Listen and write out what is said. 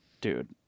Dude